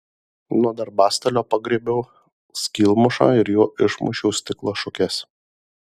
nuo darbastalio pagriebiau skylmušą ir juo išmušiau stiklo šukes